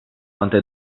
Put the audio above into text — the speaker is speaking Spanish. antes